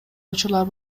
учурлар